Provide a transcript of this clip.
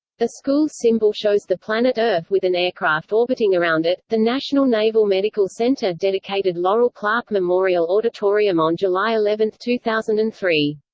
the school's symbol shows the planet earth with an aircraft orbiting around it the national naval medical center dedicated laurel clark memorial auditorium on july eleven, two thousand and three.